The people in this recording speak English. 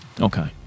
Okay